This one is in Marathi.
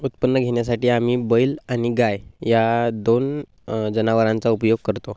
उत्पन्न घेण्यासाठी आम्ही बैल आणि गाय या दोन जनावरांचा उपयोग करतो